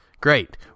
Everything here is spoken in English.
Great